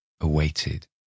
awaited